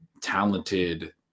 talented